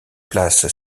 place